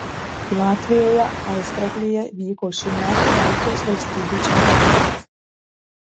latvijoje aizkrauklėje vyko šių metų baltijos valstybių čempionatas